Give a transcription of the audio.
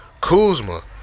Kuzma